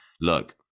Look